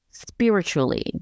spiritually